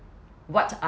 what